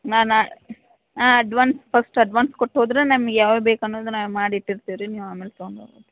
ನಾನು ಹಾಂ advance first advance ಕೊಟ್ಟು ಹೋದರೆ ನಮ್ಗೆ ಯಾವ್ಯಾವ ಬೇಕು ಅನ್ನೋದು ನಾವು ಮಾಡಿಟ್ಟಿರ್ತೀವಿ ರೀ ನೀವು ಆಮೇಲೆ ತಗೊಂಡ್ ಹೋಗಿರಿ